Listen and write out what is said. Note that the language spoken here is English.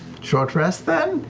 short rest, then?